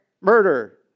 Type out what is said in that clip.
Murder